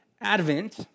Advent